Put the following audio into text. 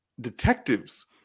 detectives